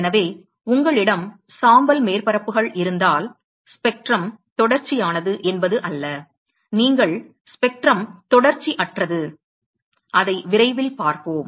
எனவே உங்களிடம் சாம்பல் மேற்பரப்புகள் இருந்தால் ஸ்பெக்ட்ரம் தொடர்ச்சியானது என்பதல்ல உங்களிடம் உள்ள ஸ்பெக்ட்ரம் தொடர்ச்சி அற்றது அதை விரைவில் பார்ப்போம்